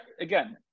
again –